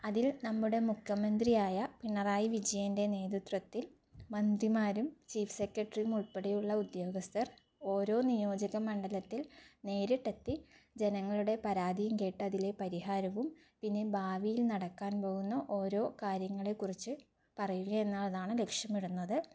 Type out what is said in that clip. അതിൽ നമ്മുടെ മുഖ്യമന്ത്രിയായ പിണറായി വിജയൻ്റെ നേതൃത്വത്തിൽ മന്ത്രിമാരും ചീഫ് സെക്രട്ടറീം ഉൾപ്പെടെയുള്ള ഉദ്യോഗസ്ഥർ ഓരോ നിയോജക മണ്ഡലത്തിൽ നേരിട്ടെത്തി ജനങ്ങളുടെ പരാതിയും കേട്ട് അതിലെ പരിഹാരവും ഇനി ഭാവിയിൽ നടക്കാൻ പോകുന്ന ഓരോ കാര്യങ്ങളെ കുറിച്ച് പറയുക എന്നുള്ളതാണ് ലക്ഷ്യമിടുന്നത്